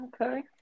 Okay